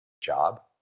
job